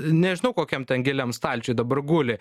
nežinau kokiam ten giliam stalčiuj dabar guli